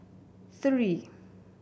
three